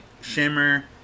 shimmer